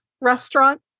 restaurant